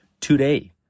today